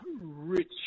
rich